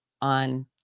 on